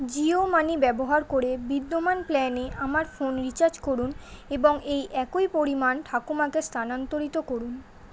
Jio money ব্যবহার করে বিদ্যমান প্ল্যানে আমার ফোন রিচার্জ করুন এবং এই একই পরিমাণ ঠাকুমাকে স্থানান্তরিত করুন